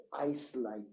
ice-like